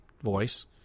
voice